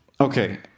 Okay